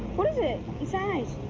what is it? its eyes.